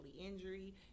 injury